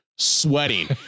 sweating